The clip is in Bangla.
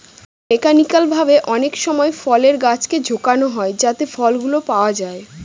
মেকানিক্যাল ভাবে অনেকসময় ফলের গাছকে ঝাঁকানো হয় যাতে ফলগুলো পাওয়া যায়